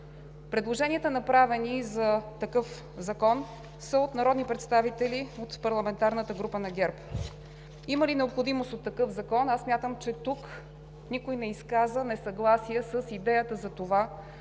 Предложенията за такъв закон са направени от народни представители от парламентарната група на ГЕРБ. Има ли необходимост от такъв закон? Аз мисля, че тук никой не изказа несъгласие с идеята за това